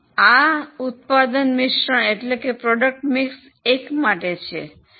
આ ઉત્પાદન મિશ્રણ 1 માટે છે